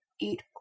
eat